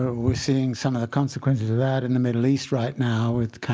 we're seeing some of the consequences of that in the middle east right now with